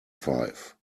five